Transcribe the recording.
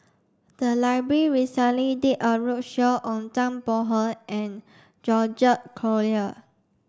the library recently did a roadshow on Zhang Bohe and George Collyer